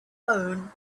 own